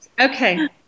Okay